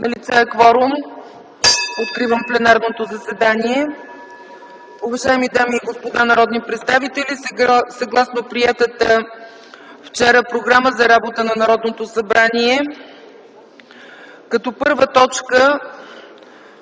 Налице е кворум, откривам пленарното заседание! Уважаеми дами и господа народни представители, съгласно приетата вчера програма за работа на Народното събрание, като първа точка